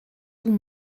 vous